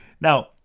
Now